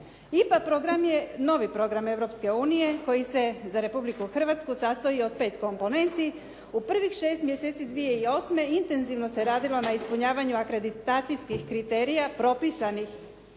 IPA program je novi program Europske unije koji se za Republiku Hrvatsku sastoji od pet komponenti. U prvih 6 mjeseci 2008. intenzivno se radilo na ispunjavanju akreditacijskih kriterija propisanih